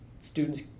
students